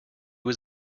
was